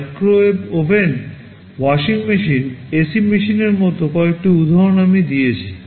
microwave oven washing machine AC মেশিনের মতো কয়েকটি উদাহরণ আমি দিয়েছি